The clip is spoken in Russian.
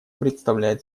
представляет